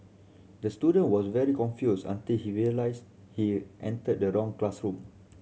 the student was very confused until he realised he entered the wrong classroom